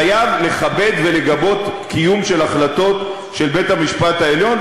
חייב לכבד ולגבות קיום של החלטות של בית-המשפט העליון.